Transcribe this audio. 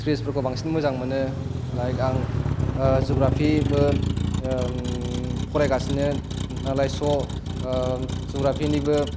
थ्रिसफोरखौ बांसिन मोजां मोनो लाइक आं जुग्राफिबो फरायगासिनो नालाय स' जुग्राफिनिबो